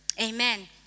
amen